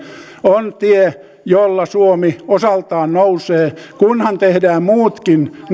on tie jolla suomi osaltaan nousee kunhan tehdään muutkin